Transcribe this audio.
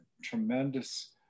tremendous